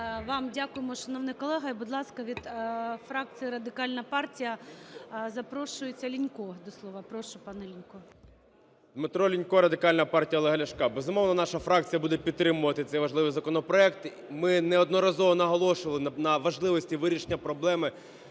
Дмитро Лінько Радикальна партія Олега Ляшка. Безумовно, наша фракція буде підтримувати цей важливий законопроект. Ми неодноразово наголошували на важливості вирішення проблеми